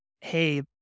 Hey